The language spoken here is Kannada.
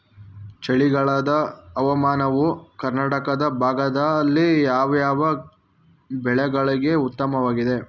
ಚಳಿಗಾಲದ ಹವಾಮಾನವು ಕರ್ನಾಟಕದ ಭಾಗದಲ್ಲಿ ಯಾವ್ಯಾವ ಬೆಳೆಗಳಿಗೆ ಉತ್ತಮವಾಗಿದೆ?